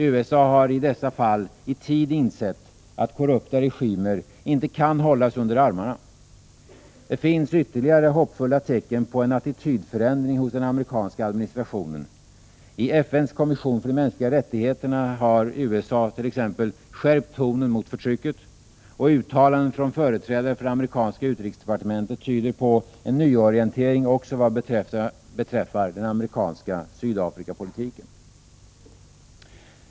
USA har i dessa fall i tid insett att korrupta regimer inte kan hållas under armarna. Det finns ytterligare hoppfulla tecken på en attitydförändring hos den amerikanska administrationen. I FN:s kommission för de mänskliga rättigheterna har USA t.ex. skärpt tonen mot förtrycket, och uttalanden från företrädare för det amerikanska utrikesdepartementet tyder på en nyorientering också vad beträffar den amerikanska Sydafrikapolitiken.